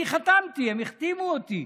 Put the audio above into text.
אני חתמתי, הן החתימו אותי.